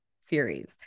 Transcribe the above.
series